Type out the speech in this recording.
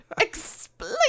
Explain